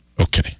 Okay